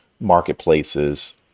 marketplaces